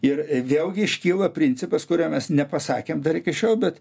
ir vėlgi iškyla principas kurio mes nepasakėm dar iki šiol bet